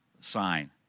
sign